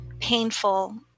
painful